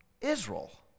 Israel